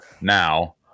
now